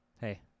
Hey